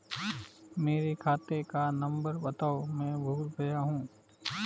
मेरे खाते का नंबर बताओ मैं भूल गया हूं